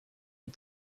est